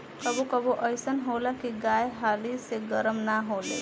कबो कबो अइसन होला की गाय हाली से गरम ना होले